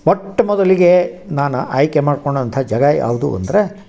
ಮೊಟ್ಟ ಮೊದಲಿಗೇ ನಾನು ಆಯ್ಕೆ ಮಾಡ್ಕೊಂಡಂಥ ಜಾಗ ಯಾವುದು ಅಂದರೆ